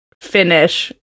finish